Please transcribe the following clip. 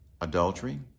adultery